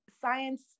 science